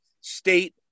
state